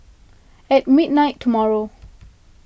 at midnight tomorrow